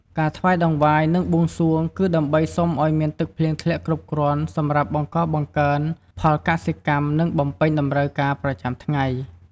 ការថ្វាយតង្វាយ និងបួងសួងគឺដើម្បីសុំឱ្យមានភ្លៀងធ្លាក់គ្រប់គ្រាន់សម្រាប់បង្កបង្កើនផលកសិកម្ម និងបំពេញតម្រូវការប្រចាំថ្ងៃ។